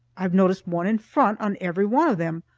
i've noticed one in front on every one of them,